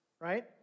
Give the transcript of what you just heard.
right